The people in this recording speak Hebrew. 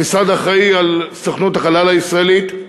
המשרד אחראי לסוכנות החלל הישראלית,